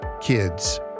kids